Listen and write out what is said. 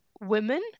women